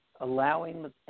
allowing